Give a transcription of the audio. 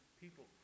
people